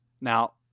now